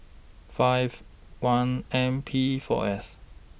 five one M P four S